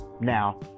now